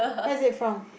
what it is from